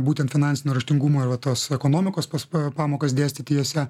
būtent finansinio raštingumo ir va tos ekonomikos pas pamokas dėstyti jose